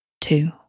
two